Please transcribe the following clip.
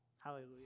Hallelujah